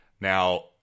Now